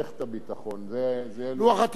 לוח התיקונים אומר: לסעיף 2,